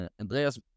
Andreas